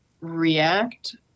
react